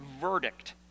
verdict